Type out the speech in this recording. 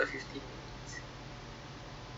eh takde lah sampai gitu